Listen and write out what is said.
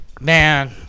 Man